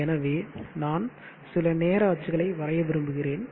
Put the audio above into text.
எனவே நான் சில நேர அச்சுகளை வரைய விரும்புகிறேன்